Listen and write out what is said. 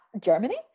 Germany